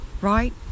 right